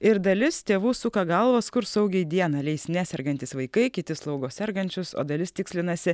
ir dalis tėvų suka galvas kur saugiai dieną leis nesergantys vaikai kiti slaugo sergančius o dalis tikslinasi